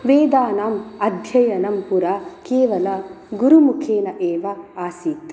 वेदानाम् अध्ययनं पुरा केवलं गुरुमुखेन एव आसीत्